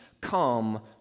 come